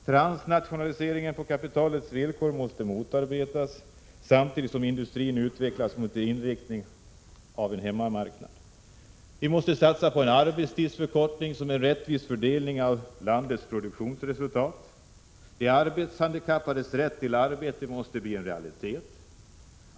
— Transnationaliseringen på kapitalets villkor måste motarbetas, samtidigt som industrin utvecklas mot en inriktning på hemmamarknaden. — Vi måste satsa på en arbetstidsförkortning som ger rättvis fördelning av landets produktionsresultat. = De arbetshandikappades rätt till arbete måste bli en realitet.